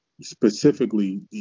specifically